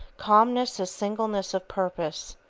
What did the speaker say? calmness is singleness of purpose,